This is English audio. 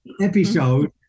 episode